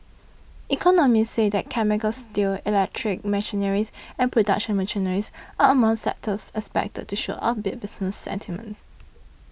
economists say that chemicals steel electric machinery and production machinery are among sectors expected to show upbeat business sentiment